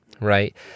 right